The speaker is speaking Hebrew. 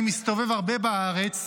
אני מסתובב הרבה בארץ,